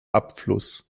abfluss